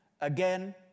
again